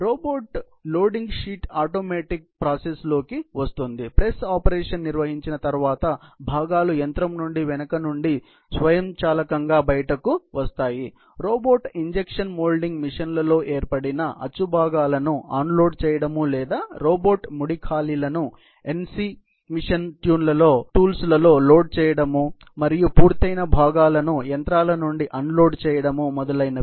robot loading sheet automatic ప్రాసెస్లోకి వస్తుంది press operation నిర్వహించిన తర్వాత భాగాలు యంత్రం వెనుక నుండి స్వయంచాలకంగా బయటకు వస్తాయి రోబోట్ ఇంజెక్షన్ మోల్డింగ్ మెషీన్లలో ఏర్పడిన అచ్చు భాగాలను అన్లోడ్ చేయడం లేదా రోబోట్ ముడి ఖాళీలను ఎన్సి మెషిన్ టూల్స్లో లోడ్ చేయడం మరియు పూర్తయిన భాగాలను యంత్రాల నుండి అన్లోడ్ చేయడం మొదలైనవి